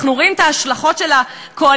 ואנחנו רואים את ההשלכות של הקואליציה,